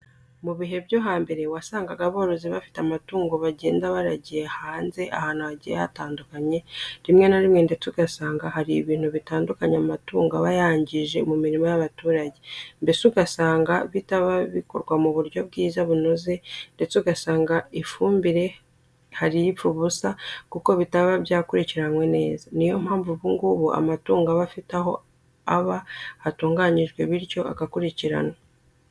Mu bihe byo hambere wasangaga aborozi bafite amatungo bagenda bayaragiye hanze ahantu hagiye hatandukanye, rimwe na rimwe ndetse ugasanga hari n'ibintu bitandukanye amatungo aba yangije mu mirima y'abaturage, mbese ugasanga bitaba bikorwa mu buryo bwiza bunoze ndetse ugasanga ifumbire hari ipfa ubusa kuko bitaba byakurikiranwe neza. Niyo mpamvu ubu ngubu amatungo aba afite aho aba hatunganijwe bityo agakurikiranwa.